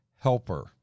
helper